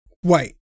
white